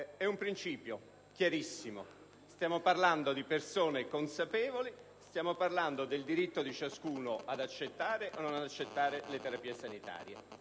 È un principio chiarissimo: stiamo parlando di persone consapevoli e del diritto di ciascuno ad accettare o non accettare le terapie sanitarie,